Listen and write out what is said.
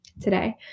today